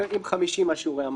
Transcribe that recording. ואם 50 מה שיעורי המעבר.